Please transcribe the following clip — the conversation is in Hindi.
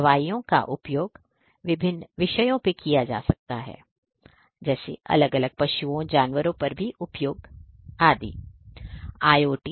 इन दवाओं का उपयोग विभिन्न विषयों पे किया जाता है जैसे अलग अलग पशुओं या जानवरों पर भी उपयोग करना आदि